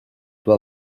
tuo